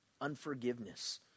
unforgiveness